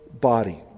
body